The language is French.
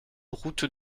route